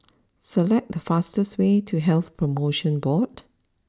select the fastest way to Health promotion Board